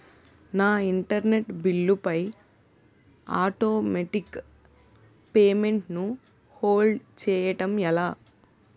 నా internet bill పై automatic payment ను హోల్డ్ చేయటం ఎలా?